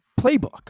playbook